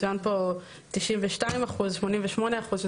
מצוין כאן 92 אחוזים, 88 אחוזים.